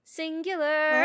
singular